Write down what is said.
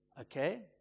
Okay